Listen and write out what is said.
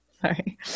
Sorry